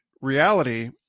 reality